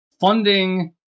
funding